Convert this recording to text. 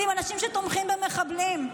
ועם אנשים שתומכים במחבלים.